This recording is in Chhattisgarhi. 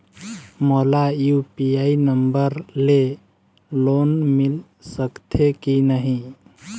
मोला यू.पी.आई नंबर ले लोन मिल सकथे कि नहीं?